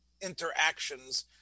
interactions